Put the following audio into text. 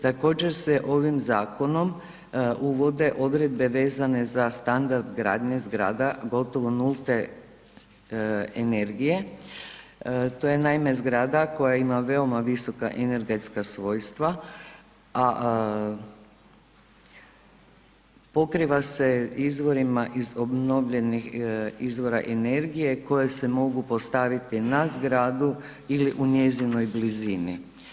Također se ovim zakonom uvode odredbe vezane za standard gradnje zgrada gotovo nulte energije, to je naime zgrada koja ima veoma visoka energetska svojstva, a pokriva se izvorima iz obnovljenih izvora energije koje se mogu postaviti na zgradu ili u njezinoj blizini.